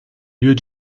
lieux